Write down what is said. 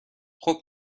خوب